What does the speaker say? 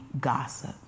gossip